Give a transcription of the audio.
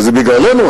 זה בגללנו,